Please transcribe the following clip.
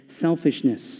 selfishness